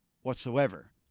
whatsoever